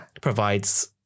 Provides